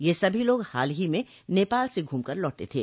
ये सभी लोग हाल ही में नेपाल से घूमकर लौटे थे